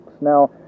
Now